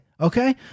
Okay